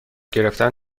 گرفتن